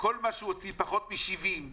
כל מה שהוא הוציא פחות מ-70 מיליארד שקל,